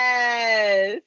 Yes